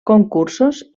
concursos